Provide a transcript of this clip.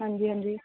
ਹਾਂਜੀ ਹਾਂਜੀ